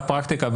מהפרקטיקה,